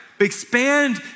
Expand